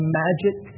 magic